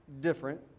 different